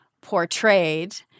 portrayed